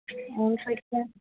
Saikia